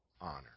honor